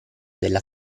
della